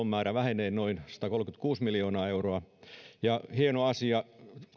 määrä vähenee noin satakolmekymmentäkuusi miljoonaa euroa ja hieno asia